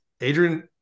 Adrian